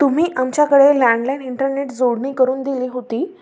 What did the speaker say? तुम्ही आमच्याकडे landline internet जोडणी करून दिली होती